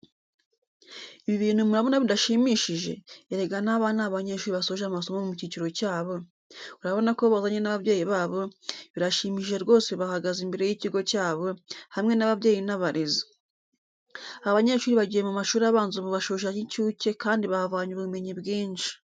Ibi bintu murabona bidashimishije, erega n'aba ni abanyeshuri basoje amasomo mu kiciro cyabo, urabona ko bazanye n'ababyeyi babo, birashimishije rwose bahagaze imbere y'ikigo cyabo, hamwe n'ababyeyi n'abarezi. Aba banyeshuri bagiye mu mashuri abanza ubu bashoje ay'incuke kandi bahavanye ubumenyi bwinshi.